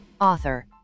author